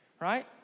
right